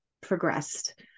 progressed